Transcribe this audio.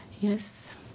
Yes